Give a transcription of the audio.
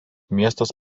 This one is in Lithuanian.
miestas